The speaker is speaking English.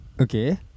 Okay